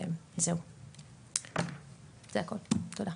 זה הכל, תודה.